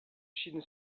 ŝin